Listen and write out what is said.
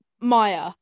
Maya